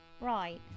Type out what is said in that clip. right